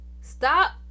stop